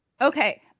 Okay